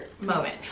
moment